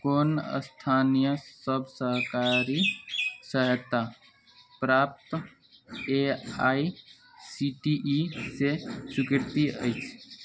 कोन स्थानीय सब सरकारी सहायता प्राप्त A I C T E सँ स्वीकृति अछि